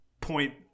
point